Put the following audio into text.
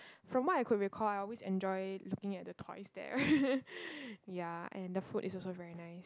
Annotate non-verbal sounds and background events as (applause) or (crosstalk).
from what I could recall I always enjoy looking at the toys there (laughs) ya and the food is also nice